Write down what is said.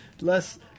less